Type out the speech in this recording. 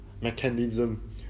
mechanism